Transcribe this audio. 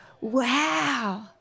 Wow